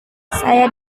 saya